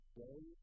day